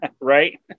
Right